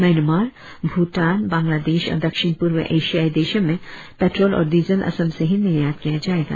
Myanmar Bhutan Bangladesh और दक्षिण पूर्व एशियाई देशो में पेट्रोल और डिजल असम से ही निर्यात किया जाएगा